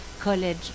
college